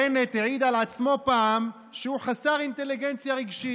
בנט העיד על עצמו פעם שהוא חסר אינטליגנציה רגשית.